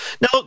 Now